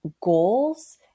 goals